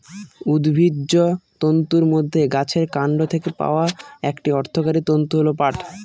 উদ্ভিজ্জ তন্তুর মধ্যে গাছের কান্ড থেকে পাওয়া একটি অর্থকরী তন্তু হল পাট